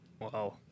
wow